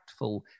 impactful